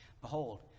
Behold